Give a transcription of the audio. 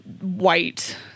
white